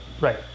Right